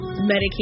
Medication